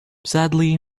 sadly